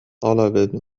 طلب